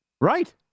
right